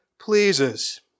pleases